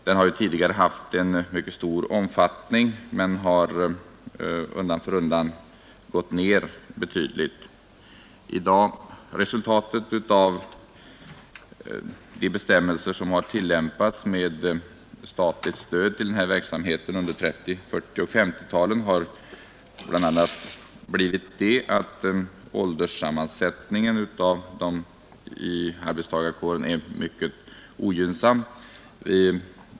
Den har tidigare haft en mycket stor omfattning, men har undan för undan gått ner betydligt. De bestämmelser som har tillämpats om statligt stöd till den här verksamheten under 1930-, 1940 och 1950-talen har bl.a. resulterat i att ålderssammansättningen i arbetstagarkåren är mycket ogynnsam.